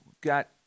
Got